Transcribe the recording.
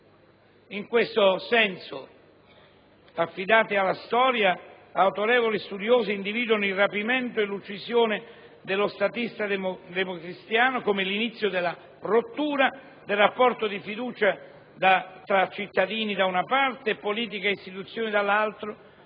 In questo senso - affidati alla storia - autorevoli studiosi individuano il rapimento e l'uccisione dello statista democristiano come l'inizio della rottura del rapporto di fiducia tra cittadini da una parte e politica e istituzioni dall'altra,